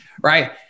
Right